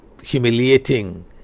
humiliating